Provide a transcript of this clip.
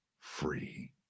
free